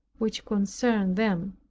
which concern them.